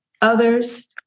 others